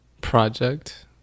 project